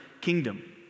kingdom